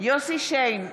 יוסף שיין,